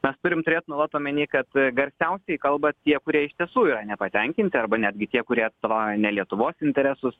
mes turim turėt nuolat omeny kad garsiausiai kalba tie kurie iš tiesų yra nepatenkinti arba netgi tie kurie atstovauja ne lietuvos interesus